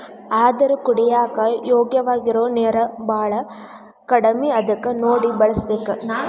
ಆದರ ಕುಡಿಯಾಕ ಯೋಗ್ಯವಾಗಿರು ನೇರ ಬಾಳ ಕಡಮಿ ಅದಕ ನೋಡಿ ಬಳಸಬೇಕ